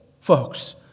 folks